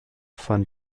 von